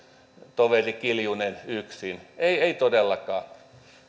toveri kiljunen yksin ei ei todellakaan